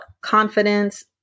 confidence